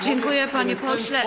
Dziękuję, panie pośle.